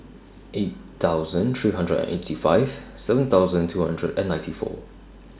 eight thousand three hundred and eighty five seven thousand two hundred and ninety four